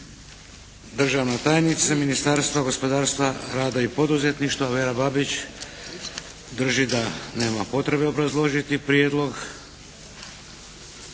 Državna tajnica Ministarstva gospodarstva, rada i poduzetništva Vera Babić drži da nema potrebe obrazložiti prijedlog.